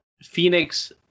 Phoenix